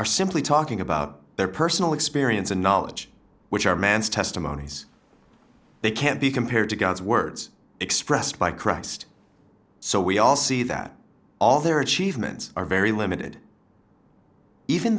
are simply talking about their personal experience and knowledge which are man's testimonies they can't be compared to god's words expressed by christ so we all see that all their achievements are very limited even